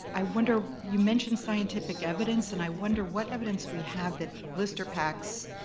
i wonder, you mention scientific evidence, and i wonder what evidence we have that blister packs,